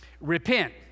Repent